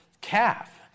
calf